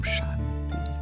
Shanti